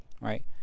right